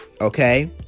Okay